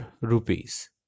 rupees